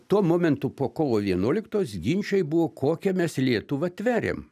tuo momentu po kovo vienuoliktos ginčai buvo kokią mes lietuvą tveriam